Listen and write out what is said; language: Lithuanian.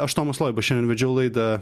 aš tomas loiba šiandien vedžiau laidą